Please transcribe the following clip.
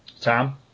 Tom